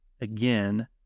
Again